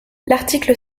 l’article